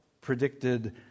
predicted